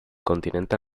continente